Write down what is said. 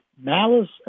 malice